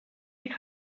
you